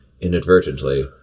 inadvertently